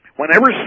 whenever